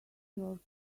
york